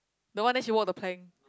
the one then she walk the plank